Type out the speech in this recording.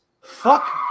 Fuck